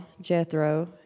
Jethro